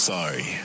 Sorry